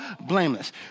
blameless